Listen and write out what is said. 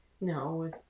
No